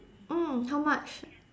mm how much